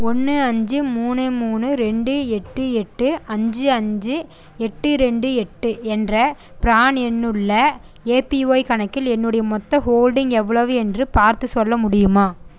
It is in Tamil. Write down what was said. ஒன்று அஞ்சு மூணு மூணு ரெண்டு எட்டு எட்டு அஞ்சு அஞ்சு எட்டு ரெண்டு எட்டு என்ற ப்ரான் எண்ணுள்ள ஏபிஒய் கணக்கில் என்னுடைய மொத்த ஹோல்டிங் எவ்வளவு என்று பார்த்துச் சொல்ல முடியுமா